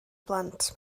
blant